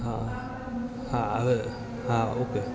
હા હા હવે હા ઓકે